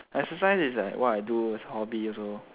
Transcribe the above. exercise is like what I do as a hobby also